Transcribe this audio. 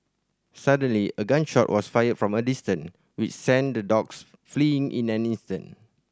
suddenly a gun shot was fired from a distance which sent the dogs fleeing in an instant